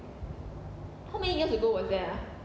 how many years ago was that ah